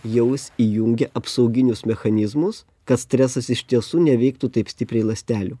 jau jis įjungia apsauginius mechanizmus kad stresas iš tiesų neveiktų taip stipriai ląstelių